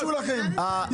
--- תתביישו לכם,